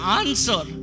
answer